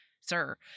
sir